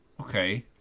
Okay